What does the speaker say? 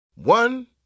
One